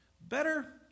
Better